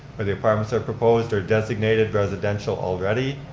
where the apartments are proposed, are designated residential already,